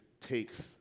takes